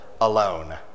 alone